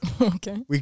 Okay